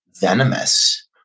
venomous